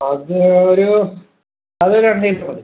അത് ഒരു അത് രണ്ടു കിലോ മതി